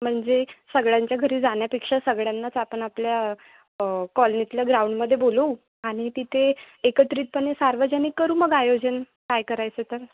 म्हणजे सगळ्यांच्या घरी जाण्यापेक्षा सगळ्यांनाच आपण आपल्या कॉलनीतल्या ग्राउंडमध्ये बोलवू आणि तिथे एकत्रितपणे सार्वजनिक करू मग आयोजन काय करायचं तर